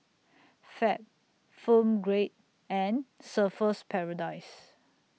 Fab Film Grade and Surfer's Paradise